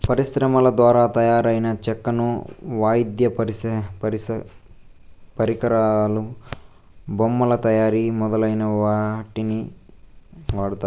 పరిశ్రమల ద్వారా తయారైన చెక్కను వాయిద్య పరికరాలు, బొమ్మల తయారీ మొదలైన వాటికి వాడతారు